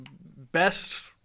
best –